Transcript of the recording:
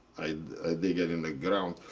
i dig it in the ground.